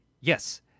yes